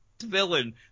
Villain